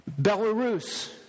Belarus